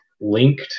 linked